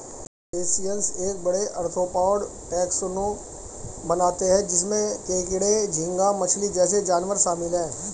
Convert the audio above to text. crustaceans एक बड़े, arthropod taxon बनाते हैं जिसमें केकड़े, झींगा मछली जैसे जानवर शामिल हैं